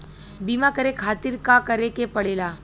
बीमा करे खातिर का करे के पड़ेला?